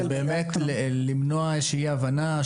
ובאמת למנוע איזושהי אי הבנה,